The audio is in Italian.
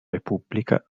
repubblica